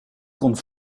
kon